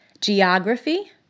Geography